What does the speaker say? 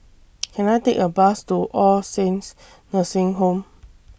Can I Take A Bus to All Saints Nursing Home